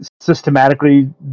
systematically